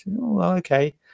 Okay